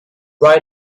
right